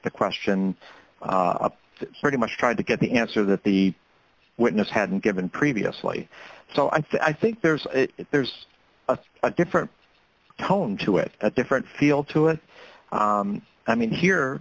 the question that pretty much tried to get the answer that the witness hadn't given previously so i think there's there's a different tone to it at different feel to it i mean here